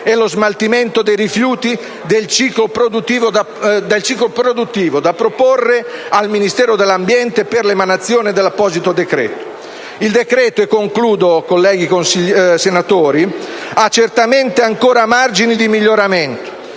e lo smaltimento dei rifiuti del ciclo produttivo da proporre al Ministero dell'ambiente per l'emanazione dell'apposito decreto. Il decreto-legge, colleghi senatori, ha certamente ancora margini di miglioramento.